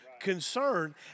concern